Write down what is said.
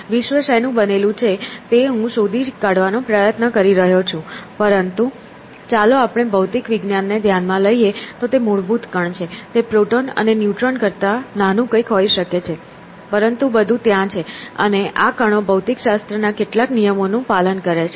વિશ્વ શેનું બનેલું છે તે હું શોધી કાઢવાનો પ્રયત્ન કરી રહ્યો છું પરંતુ ચાલો આપણે ભૌતિક વિજ્ઞાન ને ધ્યાનમાં લઈએ તો તે મૂળભૂત કણ છે તે પ્રોટોન અને ન્યુટ્રોન કરતા નાનું કંઈક હોઈ શકે છે પરંતુ બધું ત્યાં છે અને આ કણો ભૌતિકશાસ્ત્રના કેટલાક નિયમોનું પાલન કરે છે